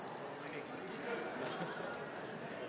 jeg ikke